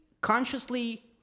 consciously